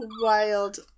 wild